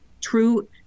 true